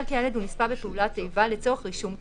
כי הילד הוא נספה פעולות איבה לצורך רישום כאמור,